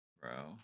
bro